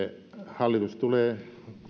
hallitus tulee